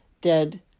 dead